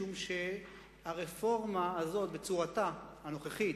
זאת משום שהרפורמה הזו בצורתה הנוכחית,